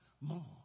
more